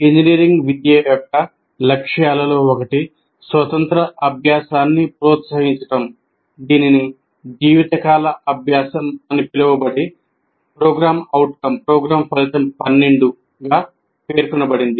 engineering విద్య యొక్క లక్ష్యాలలో ఒకటి స్వతంత్ర అభ్యాసాన్ని ప్రోత్సహించడం దీనిని జీవితకాల అభ్యాసం అని పిలువబడే ప్రోగ్రామ్ ఫలితం 12 గా పేర్కొనబడింది